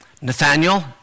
Nathaniel